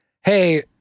hey